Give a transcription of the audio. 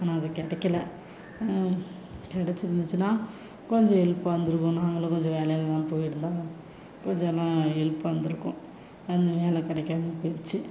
ஆனால் அது கிடைக்கல கெடைச்சிருந்துச்சுனா கொஞ்சம் ஹெல்ப்பாக இருந்திருக்கும் நாங்களும் கொஞ்சம் வேலையிலலாம் போய்ருந்தா கொஞ்சம் எல்லாம் ஹெல்ப்பாக இருந்திருக்கும் அந்த வேலை கிடைக்காம போய்டுச்சி